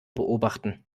beobachten